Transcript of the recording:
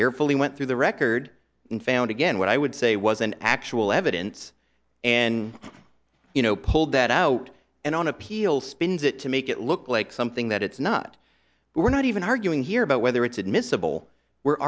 carefully went through the record and found again what i would say was an actual evidence and you know pulled that out and on appeal spins it to make it look like something that it's not we're not even arguing here about whether it's admissible we're